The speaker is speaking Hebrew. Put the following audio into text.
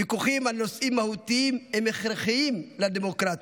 ויכוחים על נושאים מהותיים הם הכרחיים לדמוקרטיה.